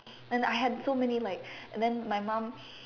and I had so many like and then my mum